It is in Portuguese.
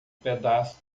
pedaço